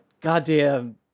goddamn